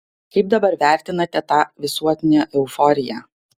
kaip dabar vertinate tą visuotinę euforiją